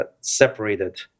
separated